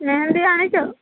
ମେହେନ୍ଦି ଆଣିଛ